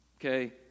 Okay